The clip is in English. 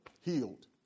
healed